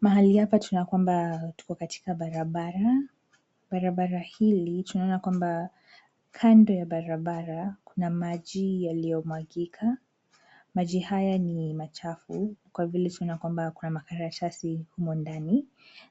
Mahali hapa tunaona kwamba tuko katika barabara. Barabara hii, tunaona kwamba kando ya barabara kuna maji yaliyomwagika. Maji haya ni machafu kwa vile tunoaona kwamba kuna makaratasi humo ndani.